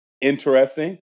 interesting